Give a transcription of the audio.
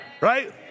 Right